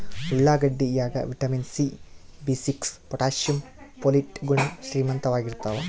ಉಳ್ಳಾಗಡ್ಡಿ ಯಾಗ vitamin C B six potassium ಪೊಲಿಟ್ ಗುಣ ಶ್ರೀಮಂತವಾಗಿರ್ತಾವ